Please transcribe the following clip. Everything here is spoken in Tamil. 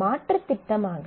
மாற்றுத் திட்டமாக